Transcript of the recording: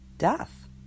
death